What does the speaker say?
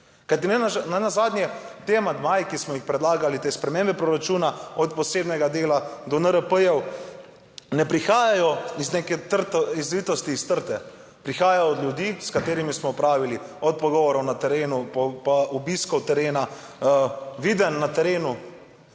amandmaji, ki smo jih predlagali, te spremembe proračuna od posebnega dela do NRP, ne prihajajo iz neke zvitosti iz trte, prihajajo od ljudi, s katerimi smo opravili, od pogovorov na terenu, pa obiskov terena, videnj na terenu